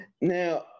Now